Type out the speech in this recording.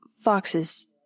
Foxes